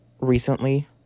recently